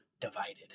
divided